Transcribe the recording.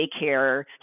daycare